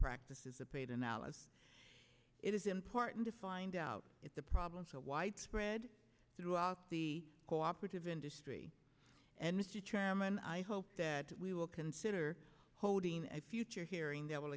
practices of paid analysis it is important to find out if the problems are widespread throughout the cooperative industry and mr chairman i hope that we will consider holding a future hearing that will